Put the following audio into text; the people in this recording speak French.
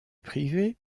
privée